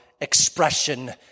expression